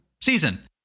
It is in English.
season